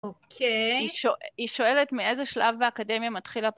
אוקיי, היא שואלת מאיזה שלב האקדמיה מתחילה...